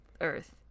Earth